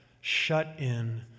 shut-in